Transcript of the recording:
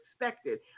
expected